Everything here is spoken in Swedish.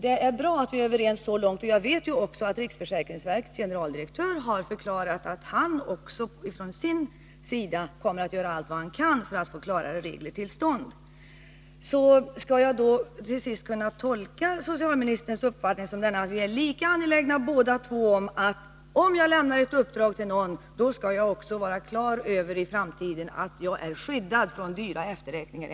Det är bra att vi är överens så långt. Jag vet också att riksförsäkringsverkets generaldirektör har förklarat att han kommer att göra allt vad han kan för att få till stånd klarare regler. Kan jag tolka socialministerns uppfattning så, att vi båda är lika angelägna om att jag när jag lämnar ett uppdrag till någon i framtiden skall kunna vara på det klara med att jag är skyddad från dyra efterräkningar?